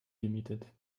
gemietet